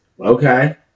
Okay